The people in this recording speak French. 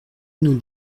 nous